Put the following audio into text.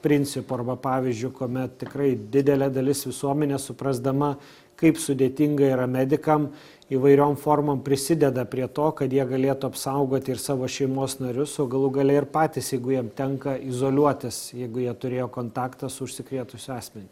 principu arba pavyzdžiu kuomet tikrai didelė dalis visuomenės suprasdama kaip sudėtinga yra medikam įvairiom formom prisideda prie to kad jie galėtų apsaugoti ir savo šeimos narius galų gale ir patys jeigu jiem tenka izoliuotis jeigu jie turėjo kontaktą su užsikrėtusiu asmeniu